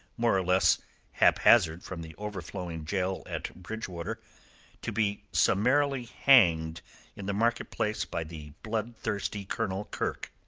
more or less haphazard from the overflowing gaol at bridgewater to be summarily hanged in the market-place by the bloodthirsty colonel kirke.